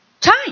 Time